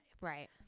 Right